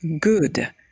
Good